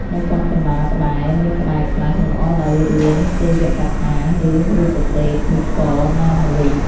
នៅចំកណ្តាលផ្តែរ មានផ្តែរខ្លះលម្អដោយរឿងទេវកថា ឬ រូបទេពនិករណាមួយ។